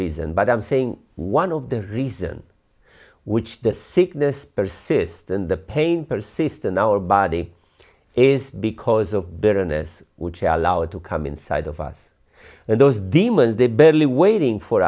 reason but i'm saying one of the reasons which the sickness persist and the pain persist in our body is because of bitterness which are allowed to come inside of us and those demons they barely waiting for